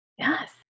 Yes